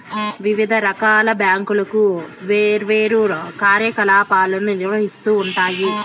వివిధ రకాల బ్యాంకులు వేర్వేరు కార్యకలాపాలను నిర్వహిత్తూ ఉంటాయి